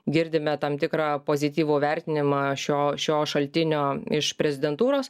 girdime tam tikrą pozityvų vertinimą šio šio šaltinio iš prezidentūros